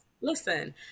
Listen